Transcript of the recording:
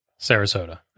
Sarasota